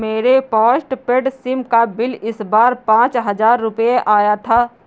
मेरे postpaid sim का bill इस बार पाँच हजार रुपए आया था